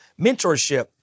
mentorship